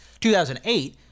2008